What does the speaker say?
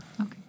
Okay